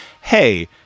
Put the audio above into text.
hey